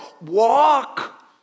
walk